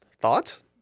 Thoughts